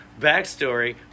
backstory